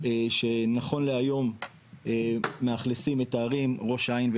שנכון להיום מאכלסים את הערים ראש העין,